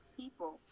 people